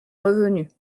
revenus